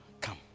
come